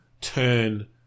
turn